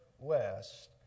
west